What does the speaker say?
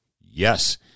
Yes